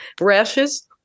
rashes